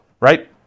right